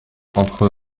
entre